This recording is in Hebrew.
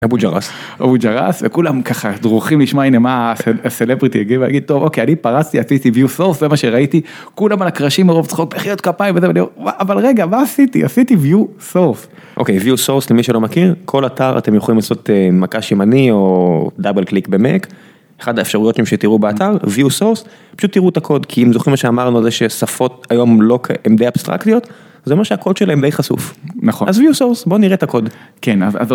אבו ג'רס וכולם ככה דרוכים לשמוע הנה מה הסלבריטי יגיד טוב אוקיי אני פרסתי עשיתי view source זה מה שראיתי כולם על הקרשים מרוב צחוק מחיאות כפיים אבל רגע מה עשיתי עשיתי view source. אוקיי view source למי שלא מכיר כל אתר אתם יכולים לעשות מקש ימני או דאבל קליק במק אחד האפשרויות שתראו באתר view source. פשוט תראו את הקוד כי אם זוכרים שאמרנו ששפות היום לא הן די אבסטרקטיות זה אומר שהקוד שלהן די חשוף נכון אז בוא נראה את הקוד.